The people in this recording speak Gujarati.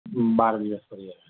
બાર દિવસ ફરી આવ્યા